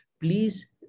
please